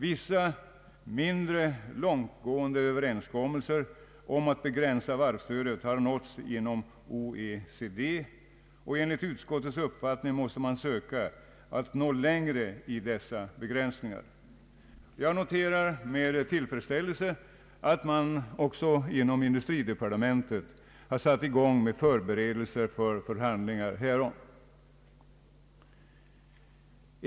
Vissa mindre långtgående överenskommelser om att begränsa varvsstödet har nåtts inom OECD. Enligt utskottets uppfattning måste man söka att nå längre i dessa begränsningar. Jag noterar med tillfredsställelse att man i industridepartementet har satt i gång med förberedelser för förhandlingar härom.